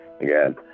again